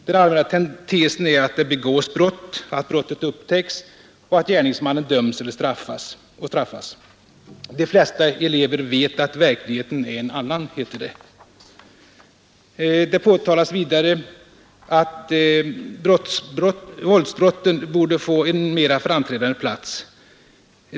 Den allmänna tesen är att det begås brott, brottet upptäcks och gärningsmannen döms och straffas. De flesta elever vet att verkligheten är en annan, heter det. Det påtalas vidare att våldsbrotten borde få en mer framträdande plats.